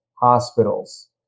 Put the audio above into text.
hospitals